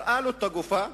הראה לו את הגופה,